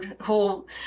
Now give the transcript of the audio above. whole